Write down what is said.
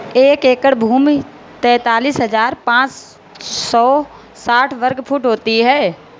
एक एकड़ भूमि तैंतालीस हज़ार पांच सौ साठ वर्ग फुट होती है